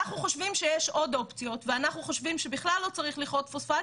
אנחנו חושבים שיש עוד אופציות ואנחנו חושבים שבכלל לא צריך לכרות פוספט,